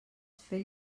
fer